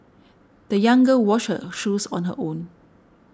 the young girl washed her shoes on her own